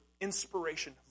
inspiration